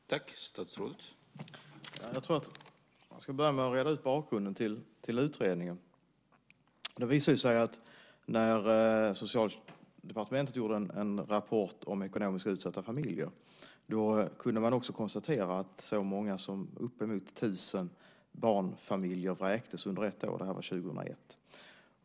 Herr talman! Jag ska börja med att reda ut bakgrunden till utredningen. Det visade sig att när Socialdepartementet gjorde en rapport om ekonomiskt utsatta familjer kunde man också konstatera att så många som uppemot 1 000 barnfamiljer vräktes under ett år, det var 2001.